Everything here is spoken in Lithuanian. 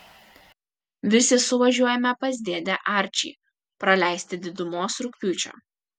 visi suvažiuojame pas dėdę arčį praleisti didumos rugpjūčio